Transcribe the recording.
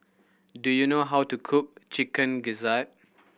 do you know how to cook Chicken Gizzard